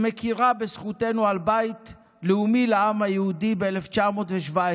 שמכירה בזכותנו על בית לאומי לעם היהודי ב-1917,